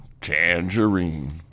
Tangerine